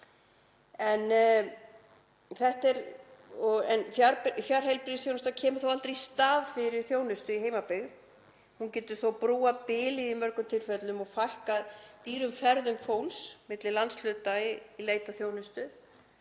Fjarheilbrigðisþjónusta kemur þó aldrei í stað fyrir þjónustu í heimabyggð. Hún getur þó brúað bilið í mörgum tilfellum og fækkað dýrum ferðum fólks á milli landshluta í leit að þjónustu.